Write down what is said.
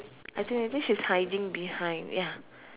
I think I think she's hiding behind ya